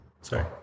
Sorry